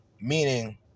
meaning